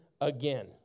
again